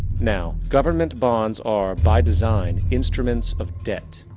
now, government bonds are by design instruments of debt.